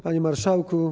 Panie Marszałku!